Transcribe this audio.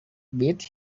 beats